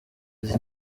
izi